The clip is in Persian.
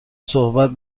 صحبت